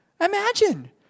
Imagine